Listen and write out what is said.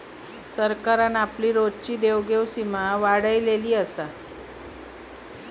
सरकारान आपली रोजची देवघेव सीमा वाढयल्यान हा